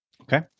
Okay